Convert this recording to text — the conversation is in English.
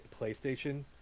playstation